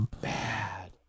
bad